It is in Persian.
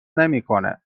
نمیکنه